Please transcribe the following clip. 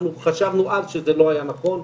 אנחנו חשבנו אז שזה לא היה נכון.